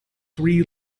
three